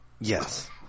Yes